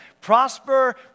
prosper